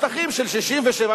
השטחים של 1967,